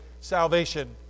salvation